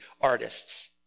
artists